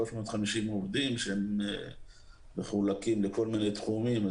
עובדים שהם מחולקים לכל מיני תחומים.